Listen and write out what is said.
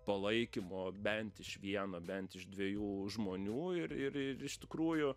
palaikymo bent iš vieno bent iš dviejų žmonių ir ir ir ir iš tikrųjų